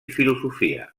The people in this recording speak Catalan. filosofia